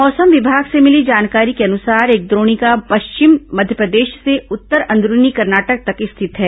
मौसम विभाग से मिली जानकारी के अनुसार एक द्रोणिका पश्चिम मध्यप्रदेश से उत्तर अंदरूनी कर्नाटक तक स्थित है